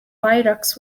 viaducts